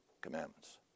commandments